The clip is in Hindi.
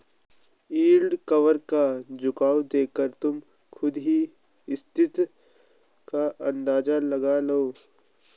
यील्ड कर्व का झुकाव देखकर तुम खुद ही स्थिति का अंदाजा लगा लो